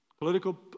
Political